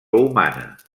humana